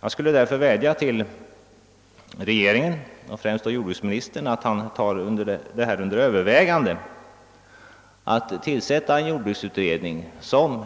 Jag skulle därför vilja vädja till regeringen och främst till jordbruksministern att ta under övervägande att tillsätta en ny jordbruksutredning, som